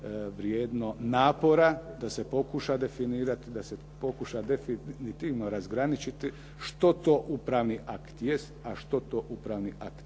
vrijedno napora da se pokuša definirati, da se pokuša definitivno razgraničiti što to upravni akt jest, a što to upravni akt